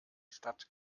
stadt